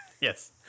Yes